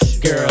girl